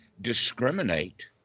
discriminate